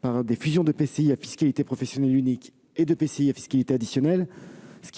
par des fusions d'EPCI à fiscalité professionnelle unique et d'EPCI à fiscalité additionnelle,